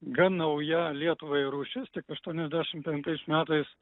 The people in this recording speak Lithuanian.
gan nauja lietuvai rūšis tik aštuoniasdešim penktais metais